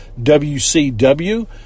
WCW